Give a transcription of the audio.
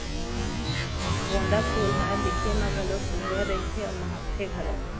गोंदा फूल ह दिखे म घलोक सुग्घर रहिथे अउ महकथे घलोक